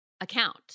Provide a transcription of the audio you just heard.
account